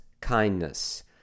kindness